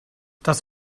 das